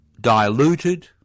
diluted